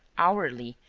hourly,